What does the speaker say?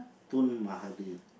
Tun Mahathir